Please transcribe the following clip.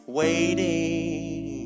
waiting